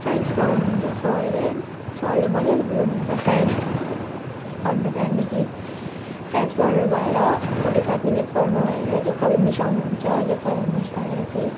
science पढाउनु हुन्छ सरले सरले मजाले बुझाउनु हुन्छ साइन्स अन्त त्यहाँदेखि साइन्स पढाउनु भएर फोर्टी फाइभ मिनट पढाउनु भएर जियोग्राफी मिस आउनु हुन्छ जियोग्राफी मिस आएर चाहिँ